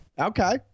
Okay